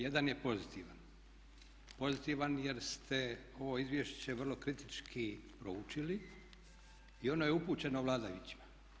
Jedan je pozitivan, pozitivan jer ste ovo izvješće vrlo kritički proučili i ono je upućeno vladajućima.